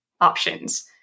options